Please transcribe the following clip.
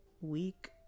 week